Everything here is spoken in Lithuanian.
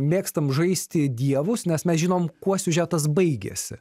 mėgstam žaisti dievus nes mes žinome kuo siužetas baigiasi